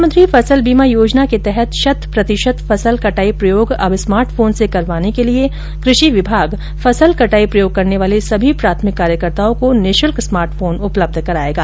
प्रधानमंत्री फसल बीमा योजना के तहत शत प्रतिशत फसल कटाई प्रयोग अब स्मार्ट फोन से करवाने के लिए कृषि विभाग फसल कटाई प्रयोग करने वाले सभी प्राथमिक कार्यकर्ताओं को निशुल्क स्मार्टफोन उपलब्ध करवायेगा